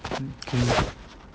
okay